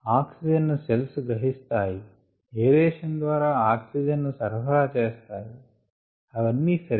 oxygen ను cells గ్రహిస్తాయి aeration ద్వారా ఆక్సిజన్ ను సరఫరా చేస్తాము అవి అన్ని సరే